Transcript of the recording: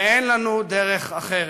ואין לנו דרך אחרת.